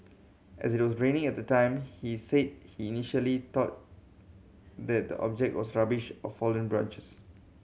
as it was raining at the time he said he initially thought that the object was rubbish or fallen branches